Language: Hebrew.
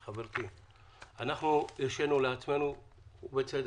2021)". הממשלה, ובצדק,